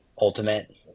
ultimate